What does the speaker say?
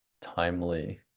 timely